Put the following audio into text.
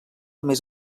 més